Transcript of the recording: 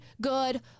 good